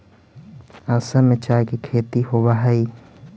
असम में चाय के खेती होवऽ हइ